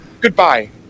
goodbye